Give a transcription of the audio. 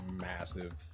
massive